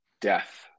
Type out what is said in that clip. death